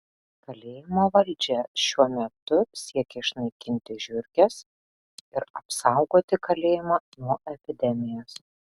kalėjimo valdžia šiuo metu siekia išnaikinti žiurkes ir apsaugoti kalėjimą nuo epidemijos